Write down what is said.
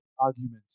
arguments